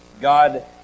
God